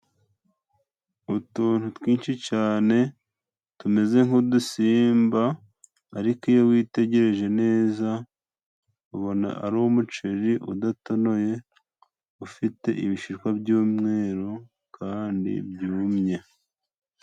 Utuntu twinshi cane tumeze nk'udusimba, ariko iyo witegereje neza ubona ari umuceri udatonoye ufite ibishishwa by'umweru kandi byumye.